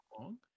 long